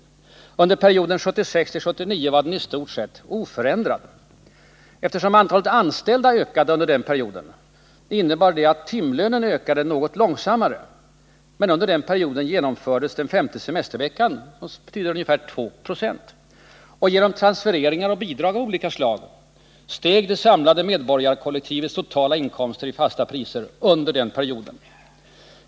Under perioden 1976-1979 var lönesumman i stort sett oförändrad. Eftersom antalet anställda ökade under den perioden, innebar det att timlönen ökade något långsammare, men under den perioden genomfördes den femte semesterveckan, som betyder ungefär 2 20, och genom transfereringar och bidrag av olika slag steg det samlade medborgarkollektivets totala inkomster i fasta priser under hela perioden.